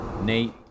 Nate